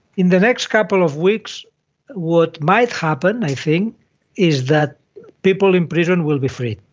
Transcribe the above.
in the next couple of weeks what might happen i think is that people in prison will be free,